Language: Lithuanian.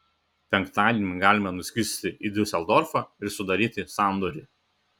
penktadienį galime nuskristi į diuseldorfą ir sudaryti sandorį